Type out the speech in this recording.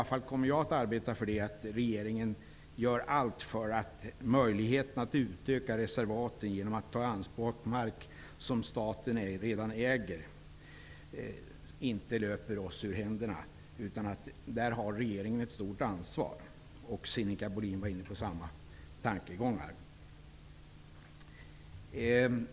Jag kommer att arbeta för att regeringen gör allt för att möjligheten att utöka reservaten genom att ta i anspråk mark som staten redan äger, inte löper oss ur händerna. Där har regeringen ett stort ansvar. Sinikka Bohlin var inne på samma tankegångar.